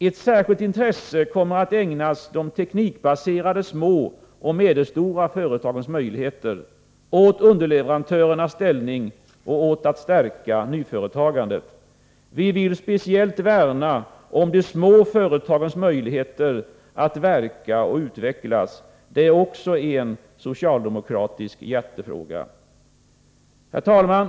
Ett särskilt intresse kommer att ägnas de teknikbaserade små och medelstora företagens möjligheter, åt underleverantörernas ställning och åt att stärka nyföretagandet. Vi vill speciellt värna om de små företagens möjligheter att verka och utvecklas. Detta är också en socialdemokratisk hjärtefråga. Herr talman!